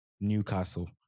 Newcastle